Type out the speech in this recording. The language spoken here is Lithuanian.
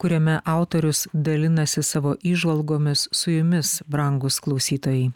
kuriame autorius dalinasi savo įžvalgomis su jumis brangūs klausytojai